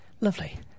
Lovely